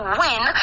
win